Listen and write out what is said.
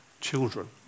children